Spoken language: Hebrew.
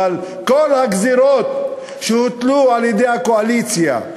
אבל כל הגזירות שהוטלו על-ידי הקואליציה,